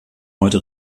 heute